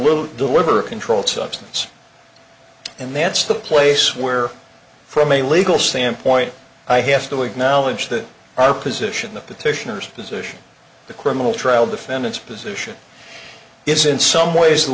will deliver a controlled substance and that's the place where from a legal standpoint i have to acknowledge that our position the petitioners position the criminal trial defendants position is in some ways the